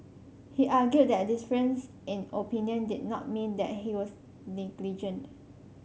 he argued that difference in opinion did not mean that he was negligent